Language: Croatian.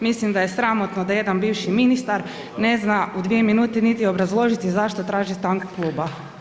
Mislim da je sramotno da jedan bivši ministar ne zna u dvije minute niti obrazložiti zašto traži stanku kluba.